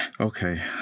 Okay